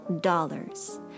Dollars